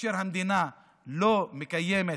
כאשר המדינה לא מקיימת